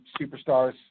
superstars